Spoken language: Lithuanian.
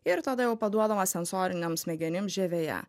ir tada jau paduodama sensorinėm smegenim žievėje